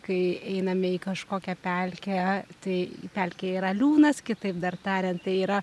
kai einame į kažkokią pelkę tai pelkėje yra liūnas kitaip dar tariant tai yra